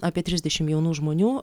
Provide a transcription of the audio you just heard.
apie trisdešim jaunų žmonių